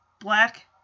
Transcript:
black